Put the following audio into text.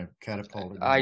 catapulted